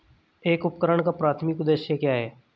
एक उपकरण का प्राथमिक उद्देश्य क्या है?